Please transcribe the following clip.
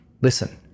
listen